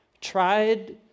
tried